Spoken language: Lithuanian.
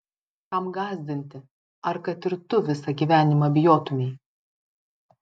kam gąsdinti ar kad ir tu visą gyvenimą bijotumei